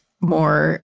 more